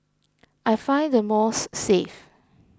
I find the malls safe